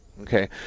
Okay